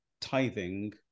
tithing